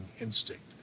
instinct